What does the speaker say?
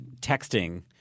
Texting